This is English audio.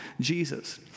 Jesus